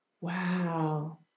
Wow